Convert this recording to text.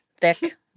thick